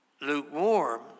lukewarm